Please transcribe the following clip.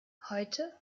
heute